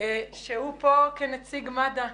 שהוא כאן כנציג מד"א.